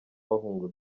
bahunga